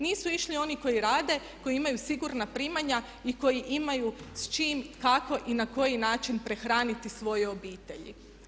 Nisu išli oni koji rade, koji imaju sigurna primanja i koji imaju s čime, kako i na koji način prehraniti svoje obitelji.